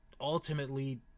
ultimately